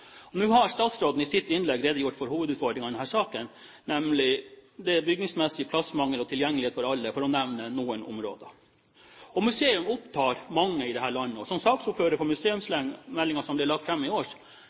Nå har statsråden i sitt innlegg redegjort for hovedutfordringen i denne saken – nemlig det bygningsmessige, plassmangel og tilgjengelighet for alle, for å nevne noen områder. Museum opptar mange i dette landet, og som saksordfører for museumsmeldingen som ble lagt fram tidligere i